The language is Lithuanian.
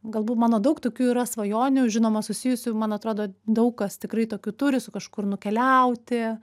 galbūt mano daug tokių yra svajonių žinoma susijusių man atrodo daug kas tikrai tokių turi su kažkur nukeliauti